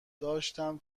داشتم